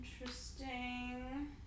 Interesting